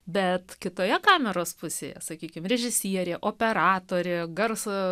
bet kitoje kameros pusėje sakykime režisierė operatorė garso